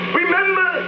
remember